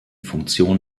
funktion